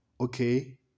okay